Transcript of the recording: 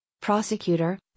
Prosecutor